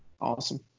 Awesome